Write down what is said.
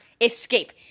escape